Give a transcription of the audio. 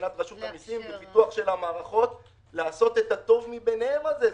מבחינת רשות המסים בפיתוח המערכות כדי לעשות את הטוב מבניהם הזה.